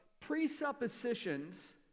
presuppositions